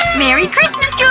merry christmas, julie!